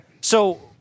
So-